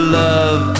love